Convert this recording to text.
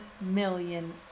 million